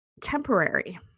temporary